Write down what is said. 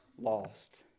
lost